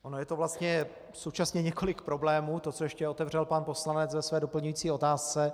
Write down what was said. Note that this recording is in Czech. Ono je to vlastně současně několik problémů, to, co ještě otevřel pan poslanec ve své doplňující otázce.